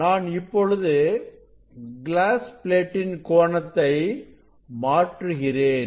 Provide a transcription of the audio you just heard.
நான் இப்பொழுது கிளாஸ் பிளேட்டின் கோணத்தை மாற்றுகிறேன்